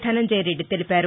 ధనంజయ్రెడ్డి తెలిపారు